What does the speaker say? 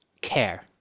care